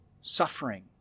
suffering